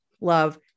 love